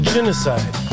Genocide